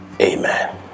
amen